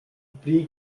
pre